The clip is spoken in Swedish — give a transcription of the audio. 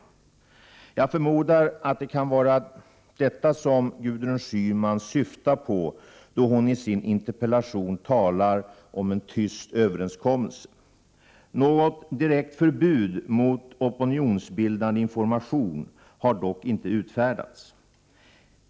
Jag förmodar att det kan vara detta som Gudrun Schyman syftar på då hon i sin interpellation talar om en tyst överenskommelse. Något direkt förbud mot opinionsbildande information har dock inte utfärdats.